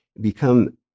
become